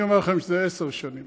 אני אומר לכם שזה עשר שנים,